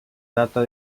data